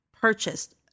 purchased